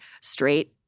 straight